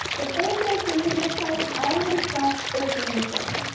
the third social media site i want to discuss is linkedin.